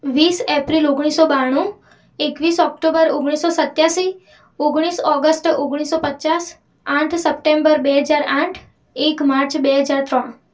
વીસ એપ્રિલ ઓગણીસ સો બાણું એકવીસ ઓક્ટોબર ઓગણીસસો સિત્યાશી ઓગણીસ ઓગસ્ટ ઓગણીસ સો પચાસ આઠ સપ્ટેમ્બર બે હજાર આઠ એક માર્ચ બે હજાર ત્રણ